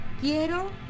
Quiero